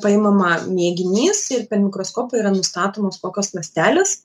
paimama mėginys ir per mikroskopą yra nustatomos kokios ląstelės